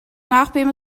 nachbeben